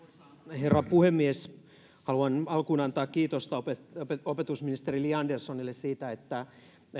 herra puhemies haluan alkuun antaa kiitosta opetusministeri li anderssonille siitä että